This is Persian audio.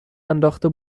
انداخته